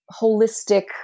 holistic